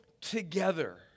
together